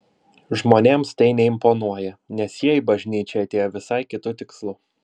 žmonėms tai neimponuoja nes jie į bažnyčią atėjo visai kitu tikslu